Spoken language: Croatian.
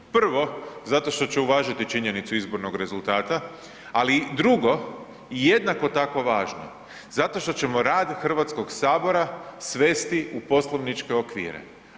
Prvo, zato što će uvažiti činjenicu izbornog rezultata, ali i drugo i jednako tako važno, zato što ćemo rad HS-a svesti u poslovničke okvire.